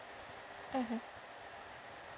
mmhmm